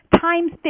Times